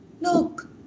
Look